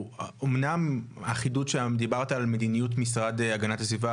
אמנם החידוד שדיברת על מדיניות משרד הגנת הסביבה,